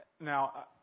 Now